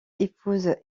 épouse